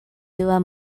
dua